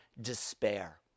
despair